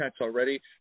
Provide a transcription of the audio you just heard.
already